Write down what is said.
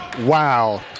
Wow